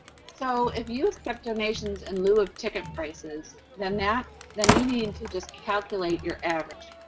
so, if you accept donations in lieu of ticket prices, than that, then you need to just calculate your average.